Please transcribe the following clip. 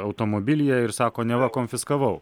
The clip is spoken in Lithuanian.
automobilyje ir sako neva konfiskavau